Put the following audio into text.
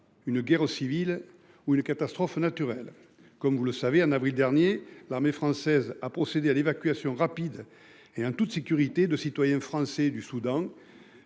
Une guerre civile ou une catastrophe naturelle comme vous le savez en avril dernier, l'armée française a procédé à l'évacuation rapide et un toute sécurité de citoyens français du Soudan.